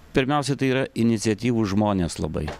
pirmiausia tai yra iniciatyvūs žmonės labai